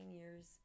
years